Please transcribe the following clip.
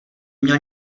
měl